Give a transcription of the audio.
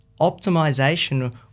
optimization